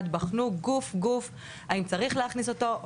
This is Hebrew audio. ובחנו גוף גוף האם צריך להכניס אותו?